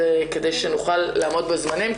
כדי שנוכל לעמוד בזמנים,